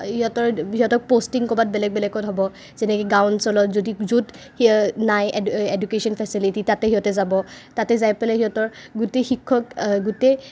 সিহঁতৰ সিহঁতক পষ্টিং ক'ৰবাত বেলেগ বেলেগত হ'ব যেনেকে গাঁও অঞ্চলত য'ত নাই এডুকেশ্যন ফেচিলিটি তাতে সিহঁতে যাব তাতে যাই পেলাই সিহঁতৰ গোটেই শিক্ষক গোটেই